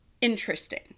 interesting